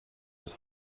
his